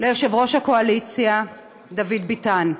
ליושב-ראש הקואליציה דוד ביטן.